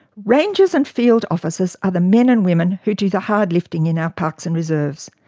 rangers and field officers are the men and women who do the hard lifting in our parks and reserves.